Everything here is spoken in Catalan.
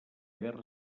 guerra